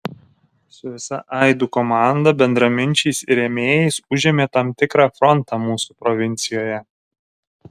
su visa aidų komanda bendraminčiais ir rėmėjais užėmė tam tikrą frontą mūsų provincijoje